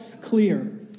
clear